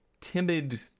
timid